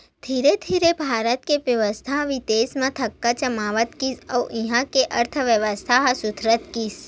धीरे धीरे भारत के बेपार ह बिदेस म धाक जमावत गिस अउ इहां के अर्थबेवस्था ह सुधरत गिस